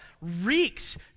reeks